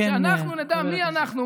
שאנחנו נדע מי אנחנו,